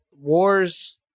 Wars